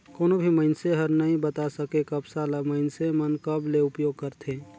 कोनो भी मइनसे हर नइ बता सके, कपसा ल मइनसे मन कब ले उपयोग करथे